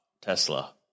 Tesla